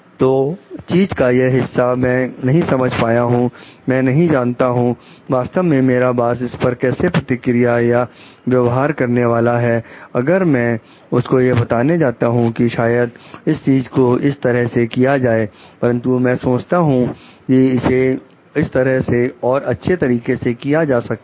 तो चीज का यह हिस्सा मैं नहीं समझ पाया हूं मैं नहीं जानता हूं वास्तव में मेरा बॉस इस पर कैसे प्रतिक्रिया या व्यवहार करने वाला है अगर मैं उसको यह बताने जाता हूं कि शायद इस चीज को इस तरह से किया जाए परंतु मैं सोचता हूं कि इसे इस तरह से और अच्छे तरीके से किया जा सकता है